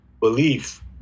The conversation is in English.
belief